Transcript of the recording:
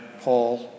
Paul